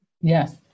yes